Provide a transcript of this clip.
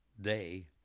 day